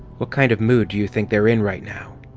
what kind of mood do you think they're in right now?